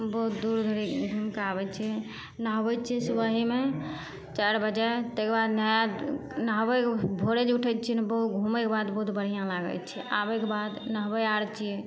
बहुत दूर घुमिके आबै छिए नहबै छिए सुबहेमे चारि बजे ताहिके बाद नहै नहबै भोरे जे उठै छिए ने बहुत घुमैके बाद बहुत बढ़िआँ लागै छै आबैके बाद नहबै आओर छिए